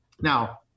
Now